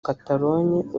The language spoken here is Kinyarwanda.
catalogne